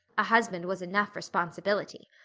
a husband was enough responsibility.